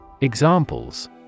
Examples